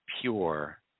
pure